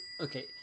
Okay